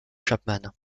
chapman